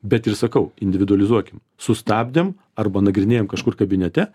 bet ir sakau individualizuokim sustabdėm arba nagrinėjam kažkur kabinete